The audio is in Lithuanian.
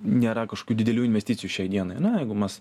nėra kažkokių didelių investicijų šiai dienai na jeigu mas